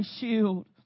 shield